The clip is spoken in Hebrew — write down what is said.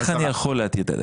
איך אני יכול להתיר בניכוי?